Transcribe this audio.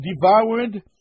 devoured